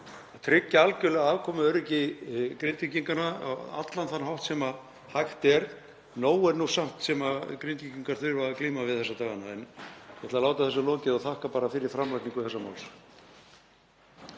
tryggja algjörlega afkomuöryggi Grindvíkinga á allan þann hátt sem hægt er. Nóg er nú samt sem Grindvíkingar þurfa að glíma við þessa dagana. — Ég ætla að láta þessu lokið og þakka bara fyrir framlagningu þessa máls.